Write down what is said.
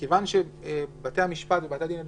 מכיוון שבתי המשפט ובתי הדין האחרים,